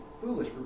foolish